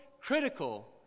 critical